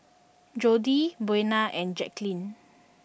Jordy Buena and Jacklyn